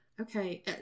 Okay